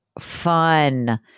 Fun